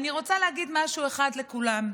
אני רוצה להגיד משהו אחד לכולם: